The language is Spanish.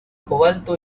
cobalto